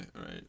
right